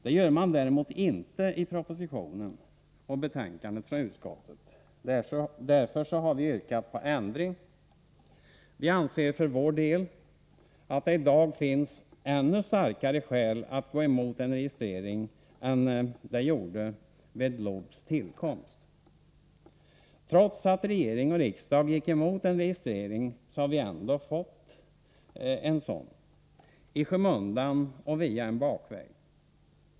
Det gör man däremot inte i propositionen och betänkandet från utskottet. Därför har vi yrkat på ändring. Vi anser för vår del att det i dag finns ännu starkare skäl att gå emot en registrering än det gjorde vid LOB:s tillkomst. Trots att regering och riksdag gick emot en registrering har vi ändå fått en sådan i skymundan och via en bakväg.